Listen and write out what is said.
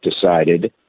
decided